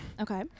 Okay